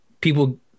people